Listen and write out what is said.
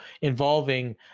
involving